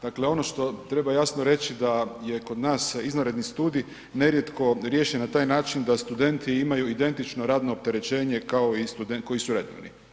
Dakle, ono što treba jasno reći da je kod nas izvanredni studij nerijetko riješen na taj način da studenti imaju identično radno opterećenje kao i studenti koji su redovni.